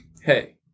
hey